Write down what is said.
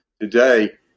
today